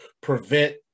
prevent